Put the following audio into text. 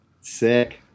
Sick